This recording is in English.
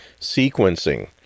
sequencing